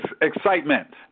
Excitement